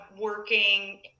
working